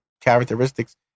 characteristics